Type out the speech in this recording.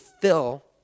fill